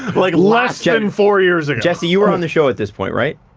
like, less than four years ago. jesse you were on the show at this point, right?